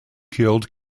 killed